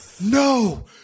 No